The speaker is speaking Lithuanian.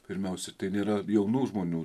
pirmiausia tai nėra jaunų žmonių